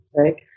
right